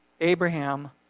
Abraham